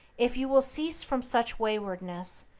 if you will cease from such waywardness,